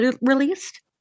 released